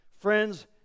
friends